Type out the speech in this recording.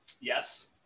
Yes